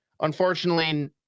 Unfortunately